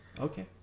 Okay